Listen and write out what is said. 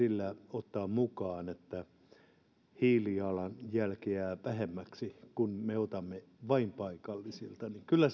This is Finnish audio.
ottaa mukaan niin että hiilijalanjälki jää vähemmäksi kun me otamme vain paikallisilta niin kyllä